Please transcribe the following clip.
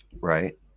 Right